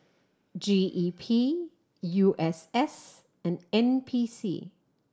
G E P U S S and N P C